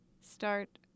start